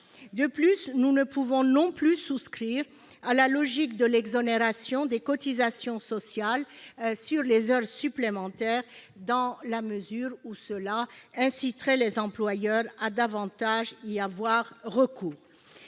sociale ? Nous ne pouvons non plus souscrire à la logique de l'exonération des cotisations sociales sur les heures supplémentaires, dans la mesure où cela inciterait les employeurs à davantage y avoir recours.